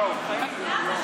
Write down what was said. אל תיתן, לאף אחד מאיתנו.